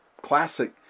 classic